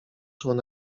wzeszło